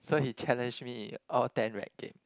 so he challenge me all ten rec game